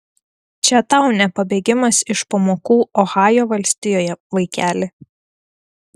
čia tau ne pabėgimas iš pamokų ohajo valstijoje vaikeli